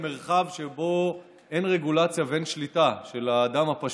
מרחב שבו אין רגולציה ואין שליטה של האדם הפשוט.